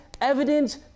evident